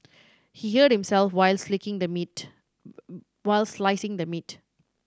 he hurt himself while slicing the meat